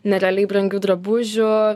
nerealiai brangių drabužių